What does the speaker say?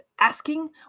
asking